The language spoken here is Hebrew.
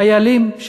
חיילים,